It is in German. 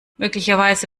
möglicherweise